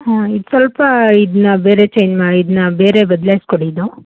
ಹಾಂ ಇದು ಸ್ವಲ್ಪ ಇದನ್ನ ಬೇರೆ ಚೈನ್ ಮಾ ಇದನ್ನ ಬೇರೆ ಬದ್ಲಾಯಿಸಿ ಕೊಡಿ ಇದು